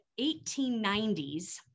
1890s